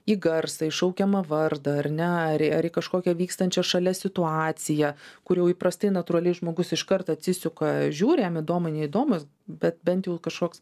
į garsą į šaukiamą vardą ar ne ar į ar į kažkokią vykstančią šalia situaciją kur jau įprastai natūraliai žmogus iškart atsisuka žiūri jam įdomu neįdomu bet bent jau kažkoks